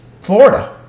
Florida